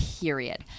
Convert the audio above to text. Period